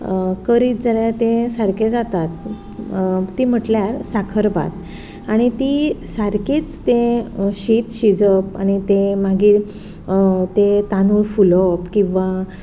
करीत जाल्यार तें सारकें जाता ती म्हटल्यार साकरभात आनी ती सारकीच तें शीत शिजप आनी तें मागीर ते तांदूळ फुलप किंवां